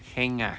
heng ah